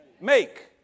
make